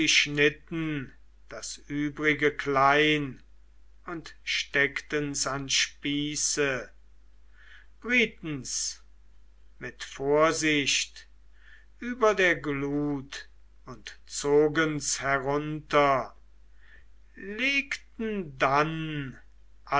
das übrige klein und steckten's an spieße brietens mit vorsicht über der glut und zogen's herunter legten dann